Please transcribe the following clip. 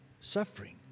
suffering